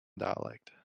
dialect